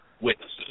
witnesses